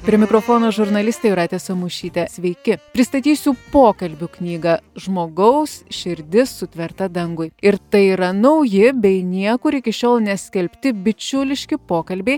prie mikrofono žurnalistė jūratė samušytė sveiki pristatysiu pokalbių knygą žmogaus širdis sutverta dangui ir tai yra nauji bei niekur iki šiol neskelbti bičiuliški pokalbiai